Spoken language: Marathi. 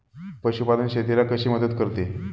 पशुपालन शेतीला कशी मदत करते?